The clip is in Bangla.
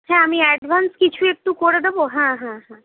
হ্যাঁ আমি অ্যাডভান্স কিছু একটু করে দেব হ্যাঁ হ্যাঁ হ্যাঁ